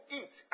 eat